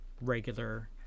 regular